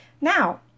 Now